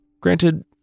Granted